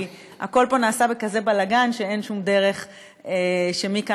כי הכול פה נעשה בכזה בלגן שאין שום דרך שמכאן